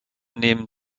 nehmen